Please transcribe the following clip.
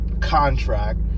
contract